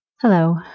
Hello